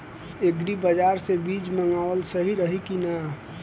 Agri बाज़ार से बीज मंगावल सही रही की ना?